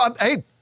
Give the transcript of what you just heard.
Hey